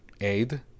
aid